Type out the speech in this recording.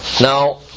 Now